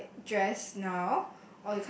like dress now